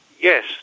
Yes